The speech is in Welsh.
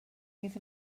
bydd